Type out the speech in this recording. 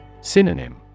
Synonym